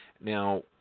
Now